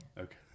Okay